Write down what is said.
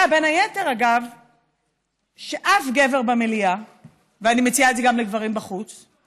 מדבר, אז זה לוקח הרבה זמן.